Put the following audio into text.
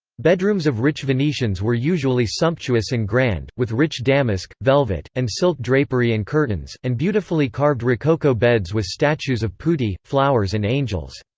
bedrooms of rich venetians were usually sumptuous and grand, with rich damask, velvet, and silk drapery and curtains, and beautifully carved rococo beds with statues of putti, flowers and angels.